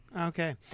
Okay